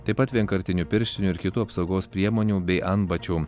taip pat vienkartinių pirštinių ir kitų apsaugos priemonių bei antbačių